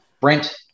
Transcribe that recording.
Brent